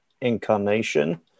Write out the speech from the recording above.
incarnation